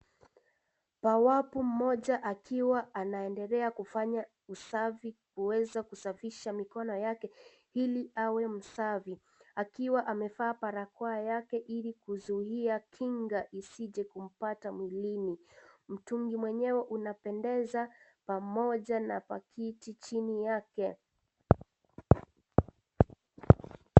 Bawabu mmoja ambaye anaendelea kufanya usafi kuweza kusafisha mikono yake ili awe msafi akiwa amevaa barakoa yake ili kuzuia kinga isije kumpata mwilini. Mtungi wenyewe unapendeza pamoja na pakiti chini yake.